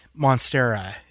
Monstera